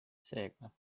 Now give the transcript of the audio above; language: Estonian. seega